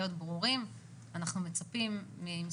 הדברים צריכים להיות ברורים.